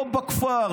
לא בכפר,